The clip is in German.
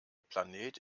planet